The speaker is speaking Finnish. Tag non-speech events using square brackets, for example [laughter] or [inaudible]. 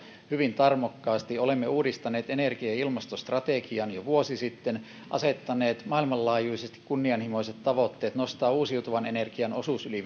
hyvin tarmokkaasti olemme uudistaneet energia ja ilmastostrategian jo vuosi sitten asettaneet maailmanlaajuisesti kunnianhimoiset tavoitteet nostaa uusiutuvan energian osuus yli [unintelligible]